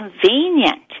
convenient